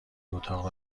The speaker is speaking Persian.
اتاق